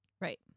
Right